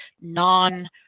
non